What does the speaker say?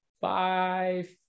five